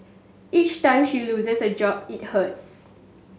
each time she loses a job it hurts